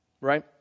Right